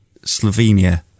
Slovenia